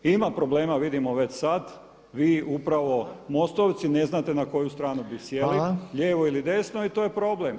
Ima problema, vidimo već sada, vi upravo MOST-ovci ne znate na koju stranu bi sjeli [[Upadica Reiner: Hvala.]] lijevo ili desno i to je problem.